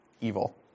Evil